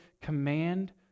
command